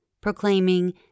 proclaiming